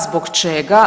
Zbog čega?